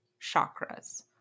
chakras